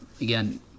again